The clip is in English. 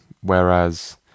whereas